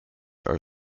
are